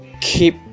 keep